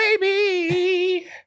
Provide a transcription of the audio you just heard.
baby